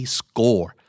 score